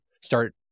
start